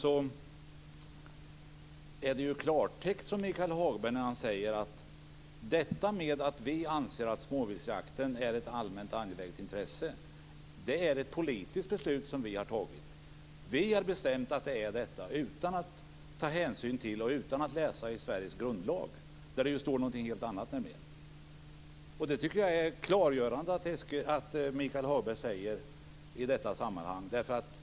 Det är klartext när Michael Hagberg säger att vi har fattat ett politiskt beslut när vi anser att småviltsjakten är ett allmänt angeläget intresse och att vi ska ha bestämt att det är så utan att läsa Sveriges grundlag - där det står någonting helt annat. Det är klargörande att Michael Hagberg säger så i detta sammanhang.